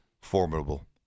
formidable